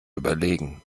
überlegen